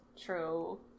True